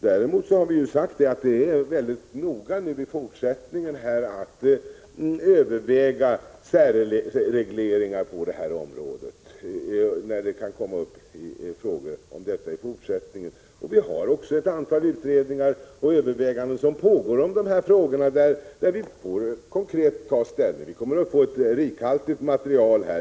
Däremot har vi sagt att det i fortsättningen gäller att noga överväga särreglerna på det här området, när det kommer upp frågor om dem. Vi har också ett antal utredningar och överväganden på gång om dessa frågor, där vi konkret kommer att ta ställning. Vi kommer att få ett rikhaltigt material.